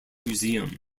museum